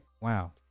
wow